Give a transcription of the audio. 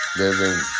living